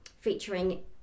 featuring